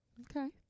Okay